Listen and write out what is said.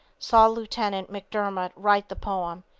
saw lieutenant mcdermott write the poem,